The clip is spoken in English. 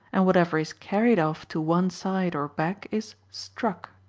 and whatever is carried off to one side or back is struck.